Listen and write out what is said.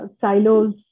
silos